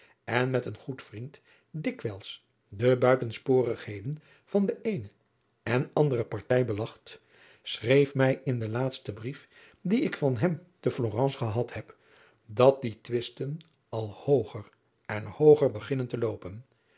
en met een goed vriend dikwijls de buitensporigheden van de eene en andere partij belacht schreef mij in den laatsten brief dien ik van hem te florence gehad heb dat die twisten al hooger en hooger beginnen te loopen